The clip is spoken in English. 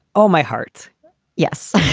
all my heart yes.